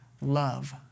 Love